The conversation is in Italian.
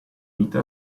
vita